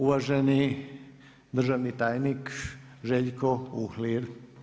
Uvaženi državni tajnik Željko Uhlir.